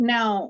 Now